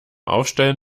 aufstellen